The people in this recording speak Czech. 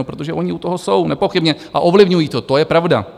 Protože oni u toho jsou, nepochybně, a ovlivňují to, to je pravda.